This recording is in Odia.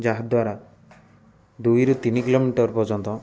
ଯାହାଦ୍ୱାରା ଦୁଇରୁ ତିନି କିଲୋମିଟର ପର୍ଯ୍ୟନ୍ତ